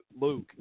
Luke